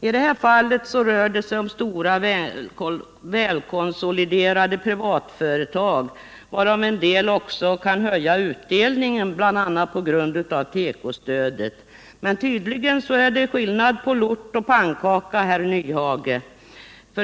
I det här fallet rör det sig om stora, välkonsoliderade privatföretag, av vilka en del också kan höja utdelningen bl.a. på grund av tekostödet. Men tydligen är det skillnad på lort och pannkaka, herr Nyhage.